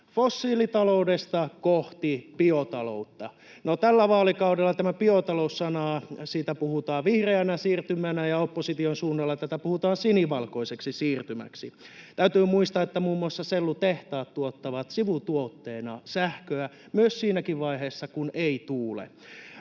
fossiilitaloudesta kohti biotaloutta. No, tällä vaalikaudella tämän biotalous-sanan sijaan siitä puhutaan vihreänä siirtymänä, ja opposition suunnalla tätä puhutaan sinivalkoiseksi siirtymäksi. Täytyy muistaa, että muun muassa sellutehtaat tuottavat sivutuotteena sähköä, myös siinäkin vaiheessa, kun ei tuule.